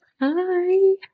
hi